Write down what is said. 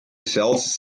cells